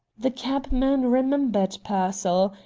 the cabman remembered pearsall,